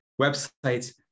websites